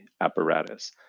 apparatus